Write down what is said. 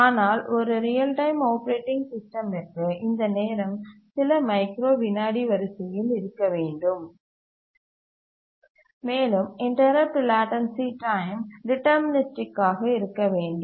ஆனால் ஒரு real time operating சிஸ்டமிற்கு இந்த நேரம் சில மைக்ரோ விநாடி வரிசையில் இருக்க வேண்டும் மேலும் இன்டரப்ட் லேட்டன்சீ டைம் டிட்டர்மினிஸ்டிக் ஆக இருக்க வேண்டும்